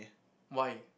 why